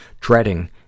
Dreading